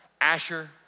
Asher